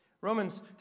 Romans